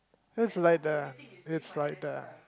that's like the it's like the